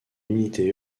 unité